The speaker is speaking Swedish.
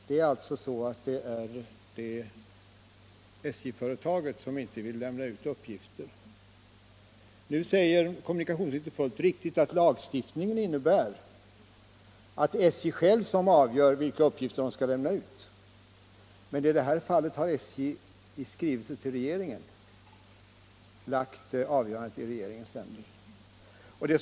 Det är alltså SJ som inte vill lämna ut uppgifter. Nu säger kommunikationsministern fullt riktigt att det enligt lagstiftningen är SJ själv som avgör vilka uppgifter som skall lämnas ut. Men i detta fall har SJ genom en skrivelse till regeringen lagt avgörandet i regeringens händer.